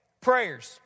Prayers